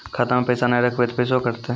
खाता मे पैसा ने रखब ते पैसों कटते?